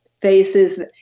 faces